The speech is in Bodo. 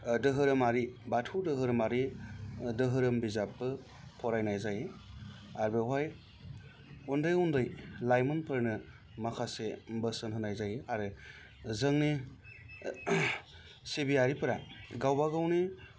धोरोमारि बाथौ धोरोमारि धोरोम बिजाबबो फरायनाय जायो आरो बेवहाय उन्दै उन्दै लाइमोनफोरनो माखासे बोसोन होनाय जायो आरो जोंनि सिबियारिफोरा गावबा गावनि